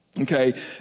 Okay